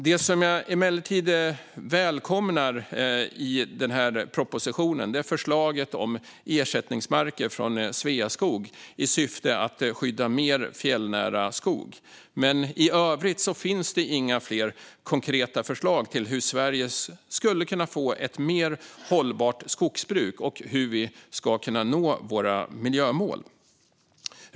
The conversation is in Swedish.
Det som jag emellertid välkomnar i propositionen är förslaget om ersättningsmarker från Sveaskog i syfte att skydda mer fjällnära skog, men i övrigt finns det inga konkreta förslag för hur Sverige skulle kunna få ett mer hållbart skogsbruk och hur vi skulle kunna nå våra miljömål.